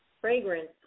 Fragrance